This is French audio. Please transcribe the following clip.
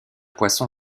poisson